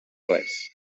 res